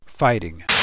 Fighting